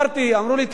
אמרו לי: תחכה.